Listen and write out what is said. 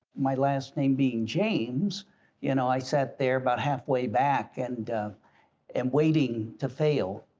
my last name being james you know i sat there about half way back and and waiting to fail,